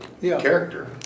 character